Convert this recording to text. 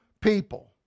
people